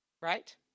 Right